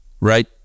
Right